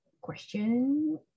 question